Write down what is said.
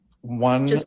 One